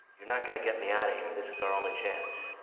you're not going to get me out of here. this is our only chance.